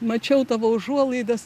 mačiau tavo užuolaidas